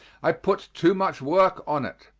i put too much work on it.